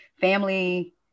family